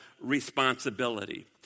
responsibility